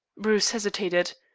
bruce hesitated.